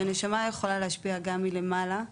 שנשמה יכולה להשפיע גם מלמעלה,